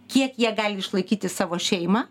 kiek jie gali išlaikyti savo šeimą